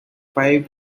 five